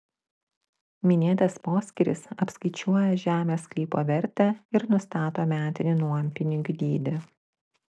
minėtas poskyris apskaičiuoja žemės sklypo vertę ir nustato metinį nuompinigių dydį